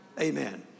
Amen